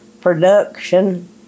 production